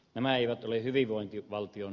nämä eivät ole hyvinvointivaltion